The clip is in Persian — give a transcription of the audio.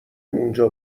اونجا